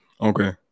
okay